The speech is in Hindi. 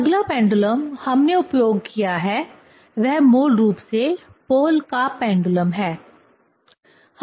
अगला पेंडुलम हमने उपयोग किया है वह मूल रूप से पोहल का पेंडुलम Pohl's pendulum है